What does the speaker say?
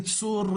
יצור,